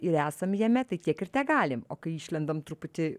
ir esam jame tai tiek ir tegalim o kai išlendam truputį